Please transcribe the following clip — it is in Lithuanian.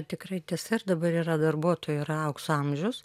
tikrai tiesa ir dabar yra darbuotojų yra aukso amžius